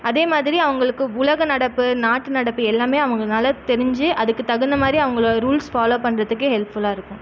அதே மாதிரி அவங்களுக்கு உலக நடப்பு நாட்டு நடப்பு எல்லாமே அவங்கனால தெரிஞ்சு அதுக்கு தகுந்த மாதிரி அவங்கள ரூல்ஸ் ஃபாலோ பண்ணுறத்துக்கு ஹெல்ப்ஃபுல்லாக இருக்கும்